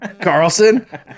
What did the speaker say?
Carlson